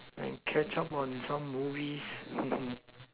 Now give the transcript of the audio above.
and catch up on some movies